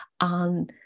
on